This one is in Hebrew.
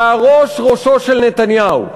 והראש, ראשו של נתניהו.